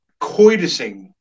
coitusing